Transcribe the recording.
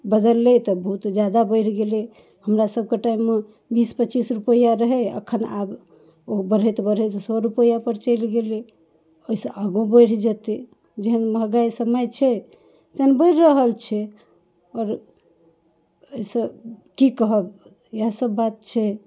बदललै तऽ बहुत जादा बढ़ि गेलै हमरा सभके टाइममे बीस पचीस रुपैआ रहै एखन आब ओ बढ़ैत बढ़ैत सौ रुपैआपर चलि गेलै ओहिसँ आगुओ बढ़ि जेतै जेहन महगाइ समय छै तेहन बढ़ि रहल छै आओर एहिसँ कि कहब इएहसब बात छै